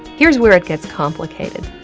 here's where it gets complicated.